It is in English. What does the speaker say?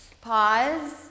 pause